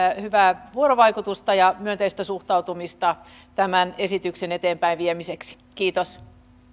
hyvää vuorovaikutusta ja myönteistä suhtautumista tämän esityksen eteenpäin viemiseksi kiitos